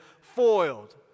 foiled